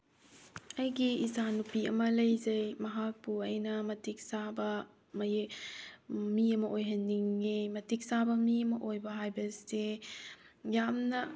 ꯑꯩꯒꯤ ꯏꯆꯥ ꯅꯨꯄꯤ ꯑꯃ ꯂꯩꯖꯩ ꯃꯍꯥꯛꯄꯨ ꯑꯩꯅ ꯃꯇꯤꯛ ꯆꯥꯕ ꯃꯤ ꯑꯃ ꯑꯣꯏꯍꯟꯅꯤꯡꯉꯦ ꯃꯇꯤꯛ ꯆꯥꯕ ꯃꯤ ꯑꯃ ꯑꯣꯏꯕ ꯍꯥꯏꯕꯁꯦ ꯌꯥꯝꯅ